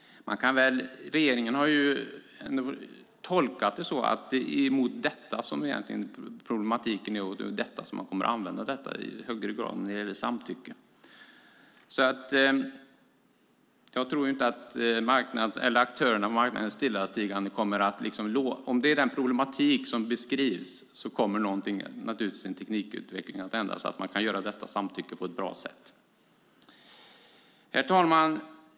Regeringen har tolkat det som att det är detta som egentligen är problematiken. Och det är i fråga om detta som man i högre grad kommer att använda det här när det gäller samtycke. Jag tror inte att aktörerna på marknaderna kommer att vara stillatigande. Om den problematik som beskrivs finns kommer naturligtvis en teknikutveckling, så att man kan ge detta samtycke på ett bra sätt. Herr talman!